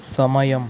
సమయం